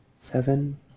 seven